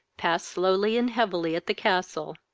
passed slowly and heavily at the castle.